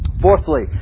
Fourthly